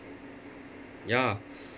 ya